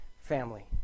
family